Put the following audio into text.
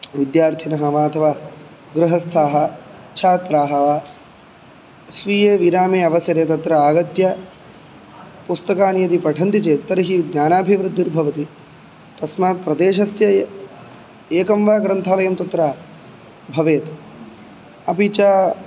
विद्यार्थिनः वा अथवा गृहस्थाः छात्राः वा स्वीयविरामे अवसरे तत्र आगत्य पुस्तकानि यदि पठन्ति चेत् तर्हि ज्ञानाभिवृद्धिर्भवति तस्मात् प्रदेशस्य एकं वा ग्रन्थालयं तत्र भवेत् अपि च